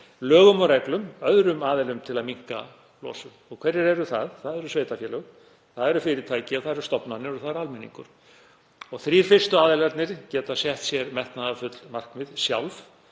lögum og reglum og öðrum aðilum. Og hverjir eru það? Það eru sveitarfélög, það eru fyrirtæki, það eru stofnanir og það er almenningur. Þrír fyrstu aðilarnir geta sett sér metnaðarfull markmið sjálfir